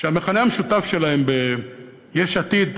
שהמכנה המשותף שלהם ביש עתיד